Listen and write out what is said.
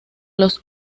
los